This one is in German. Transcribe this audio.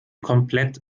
komplett